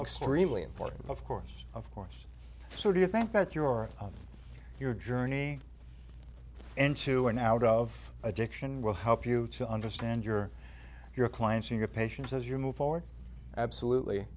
extremely important of course of course so do you think that you're on your journey into and out of addiction will help you to understand your your clients your patients as you move forward absolutely